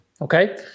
Okay